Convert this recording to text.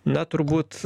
na turbūt